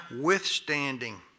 withstanding